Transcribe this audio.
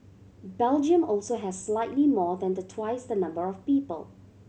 Belgium also has slightly more than the twice the number of people